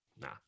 nah